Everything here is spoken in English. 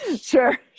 sure